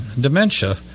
dementia